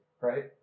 right